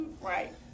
Right